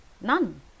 None